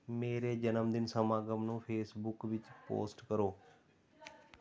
ਮੇਰੇ ਜਨਮਦਿਨ ਸਮਾਗਮ ਨੂੰ ਫੇਸਬੁੱਕ ਵਿੱਚ ਪੋਸਟ ਕਰੋ